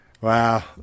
wow